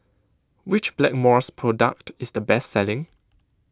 which Blackmores product is the best selling